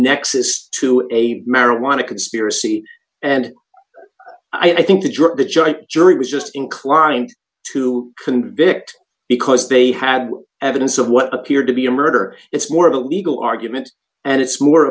nexus to a marijuana conspiracy and i think the drug the judge jury was just inclined to convict because they had evidence of what appeared to be a murder it's more of a legal argument and it's more